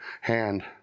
hand